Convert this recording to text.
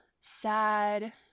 sad